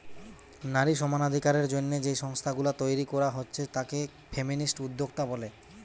নারী সমানাধিকারের জন্যে যেই সংস্থা গুলা তইরি কোরা হচ্ছে তাকে ফেমিনিস্ট উদ্যোক্তা বলে